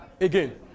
again